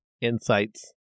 insights